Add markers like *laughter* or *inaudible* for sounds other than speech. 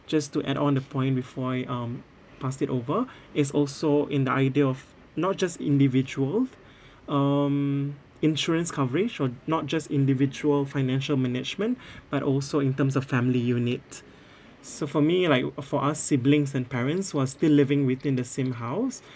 just to add on the point before I um pass it over *breath* it's also in the idea of not just individual *breath* um insurance coverage on not just individual financial management *breath* but also in terms of family unit *breath* so for me like uh for us siblings and parents who are still living within the same house